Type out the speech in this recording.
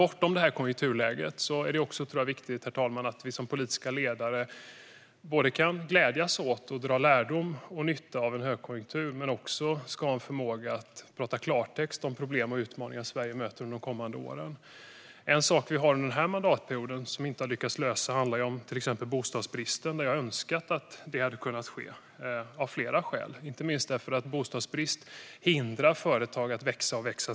Bortom konjunkturläget är det, tror jag, herr talman, viktigt att vi som politiska ledare både kan glädjas åt och dra lärdom och nytta av högkonjunkturen men också har förmågan att tala klartext om problem och utmaningar som Sverige möter under de kommande åren. En sak som vi inte har lyckats lösa under denna mandatperiod är bostadsbristen. Jag hade önskat att det hade kunnat ske, av flera skäl. Inte minst hindrar bostadsbrist företag att växa.